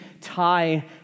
tie